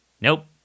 Nope